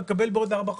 מקבל בעוד ארבע,